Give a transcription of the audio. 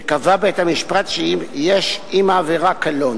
וקבע בית-המשפט שיש עם העבירה קלון,